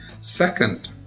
Second